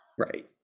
Right